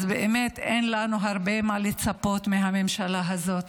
אז באמת אין לנו הרבה מה לצפות מהממשלה הזאת.